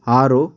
ಆರು